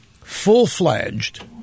full-fledged